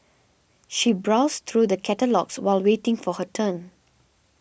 she browsed through the catalogues while waiting for her turn